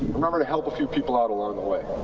remember to help a few people owt along the way.